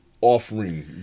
offering